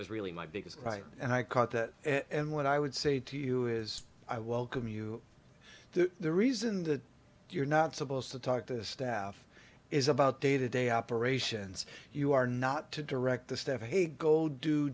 was really my biggest gripe and i caught that and what i would say to you is i welcome you to the reason that you're not supposed to talk to the staff is about day to day operations you are not to direct the staff a go do